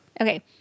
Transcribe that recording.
Okay